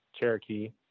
Cherokee